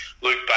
Luke